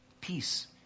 peace